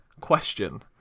question